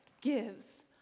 gives